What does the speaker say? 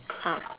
!huh!